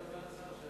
תודה גם לסגן השר.